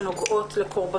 בוקר טוב.